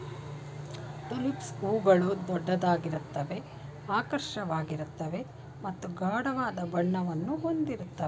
tulips ಹೂಗಳು ದೊಡ್ಡದಾಗಿರುತ್ವೆ ಆಕರ್ಷಕವಾಗಿರ್ತವೆ ಮತ್ತು ಗಾಢವಾದ ಬಣ್ಣವನ್ನು ಹೊಂದಿರುತ್ವೆ